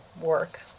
work